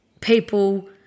people